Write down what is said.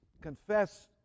confess